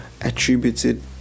attributed